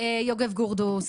יוגב גרדוס,